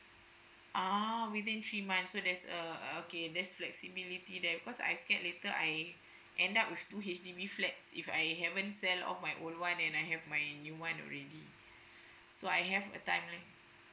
ah within three months so there's a err okay that's flexibility there because I scared later I end up with two H_D_B flats if I haven't sell off my old one and I have my new one already so I have a timeline